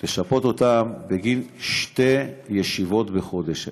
לשפות אותם בגין שתי ישיבות בחודש.